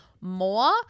more